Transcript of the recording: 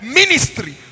ministry